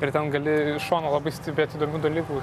ir ten gali iš šono labai stebėt įdomių dalykų